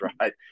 right